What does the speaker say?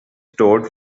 stored